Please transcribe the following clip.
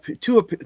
two